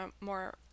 more